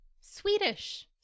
Swedish